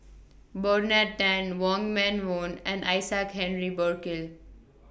Bernard Tan Wong Meng Voon and Isaac Henry Burkill